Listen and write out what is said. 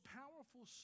powerful